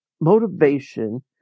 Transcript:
motivation